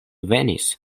venis